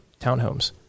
townhomes